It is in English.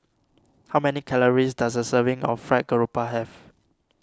how many calories does a serving of Fried Garoupa have